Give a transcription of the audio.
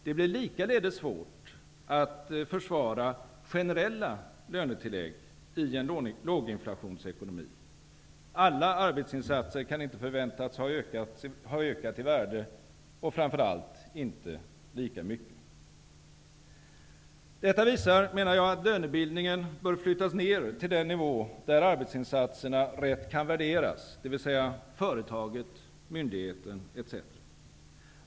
Det blir likaledes svårt att försvara generella tillägg i en låginflationsekonomi. Alla arbetsinsatser kan inte förväntas ha ökat i värde och framför allt inte lika mycket. Detta visar, menar jag, att lönebildningen bör flyttas ned till den nivå där arbetsinsatserna rätt kan värderas, dvs. till företaget, myndigheten etc.